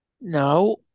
No